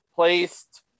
Placed